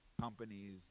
companies